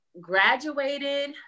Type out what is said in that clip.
Graduated